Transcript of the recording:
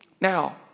Now